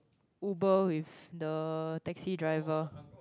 Uber with the taxi driver